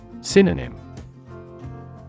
Synonym